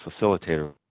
facilitator